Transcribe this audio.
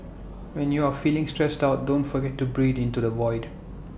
when you are feeling stressed out don't forget to breathe into the void